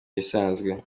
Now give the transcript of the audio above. ibisanzwe